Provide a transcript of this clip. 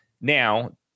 Now